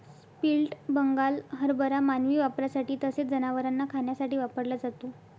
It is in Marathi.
स्प्लिट बंगाल हरभरा मानवी वापरासाठी तसेच जनावरांना खाण्यासाठी वापरला जातो